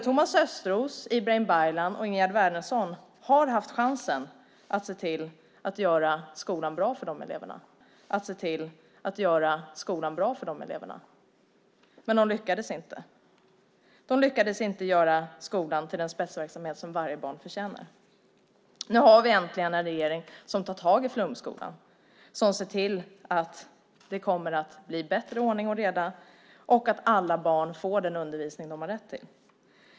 Thomas Östros, Ibrahim Baylan och Ingegerd Wärnersson hade chansen att se till att göra skolan bra för de eleverna, men de lyckades inte. De lyckades inte göra skolan till den spetsverksamhet som varje barn förtjänar. Nu har vi äntligen en regering som tar tag i flumskolan, som ser till att det kommer att bli bättre ordning och reda och att alla barn får den undervisning de har rätt till.